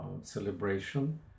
celebration